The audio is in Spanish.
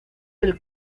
del